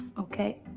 okay.